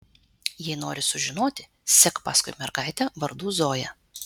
jei nori sužinoti sek paskui mergaitę vardu zoja